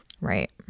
Right